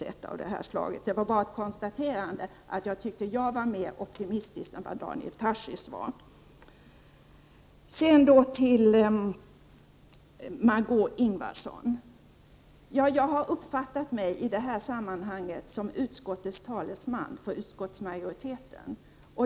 Det var inte alls någon kritik, bara ett konstaterande att jag tyckte att jag var mera optimistisk än Daniel Tarschys. Jag uppfattade, Margé Ingvardsson, mig i detta sammanhang som talesman för utskottsmajoriteten.